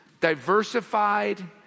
diversified